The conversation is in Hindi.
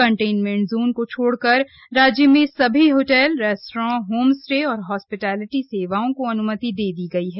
कंटेनमेंट जोन को छोड़कर राज्य में सभी होटल रेस्टोरेंट होमस्टे और हॉस्पिटैलिटी सेवाओं को अन्मति दे दी गई है